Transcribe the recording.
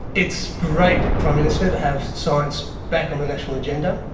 it's great, prime minister, to have science back on the national agenda.